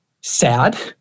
sad